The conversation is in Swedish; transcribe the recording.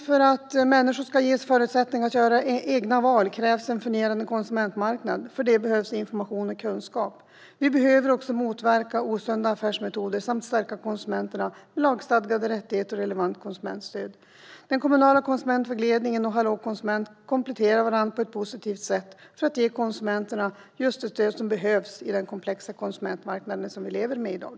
För att människor ska ges förutsättningar att göra egna val krävs en fungerande konsumentmarknad. För det behövs information och kunskap. Vi behöver också motverka osunda affärsmetoder samt stärka konsumenterna med lagstadgade rättigheter och relevant konsumentstöd. Den kommunala konsumentvägledningen och Hallå konsument kompletterar varandra på ett positivt sätt för att ge konsumenterna det stöd som behövs på den komplexa konsumentmarknad som vi lever med i dag.